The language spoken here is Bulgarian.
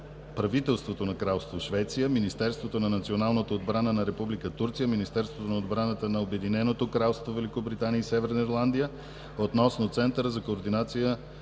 Правителството на Кралство Швеция, Министерството на националната отбрана на Република Турция, Министерството на отбраната на Обединеното кралство Великобритания и Северна Ирландия относно Центъра за координация